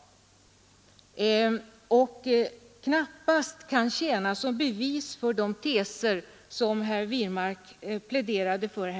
Dessa länder kan därför knappast tjäna som bevis för de teser som herr Wirmark pläderade för,